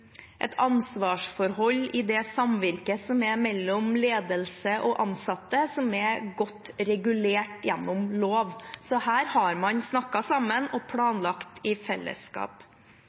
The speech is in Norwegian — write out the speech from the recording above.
et ansvarsforhold i det samvirket som er mellom ledelse og ansatte, som er godt regulert gjennom lov. Så her har man snakket sammen og planlagt i fellesskap.